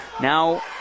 Now